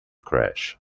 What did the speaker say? crash